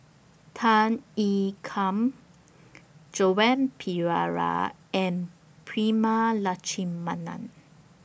Tan Ean Kiam Joan Pereira and Prema Letchumanan